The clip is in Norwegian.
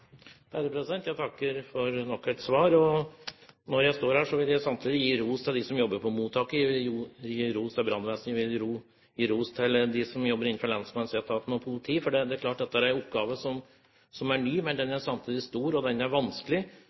Jeg takker for nok et svar. Når jeg står her, vil jeg samtidig gi ros til dem som jobber på mottaket, jeg vil gi ros til brannvesenet, og jeg vil gi ros til dem som jobber innenfor lensmannsetaten og politiet, for det er klart at dette er en oppgave som er ny, men den er samtidig stor, og den er vanskelig.